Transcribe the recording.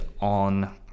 on